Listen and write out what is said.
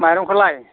माइरं खौलाय